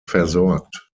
versorgt